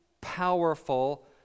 powerful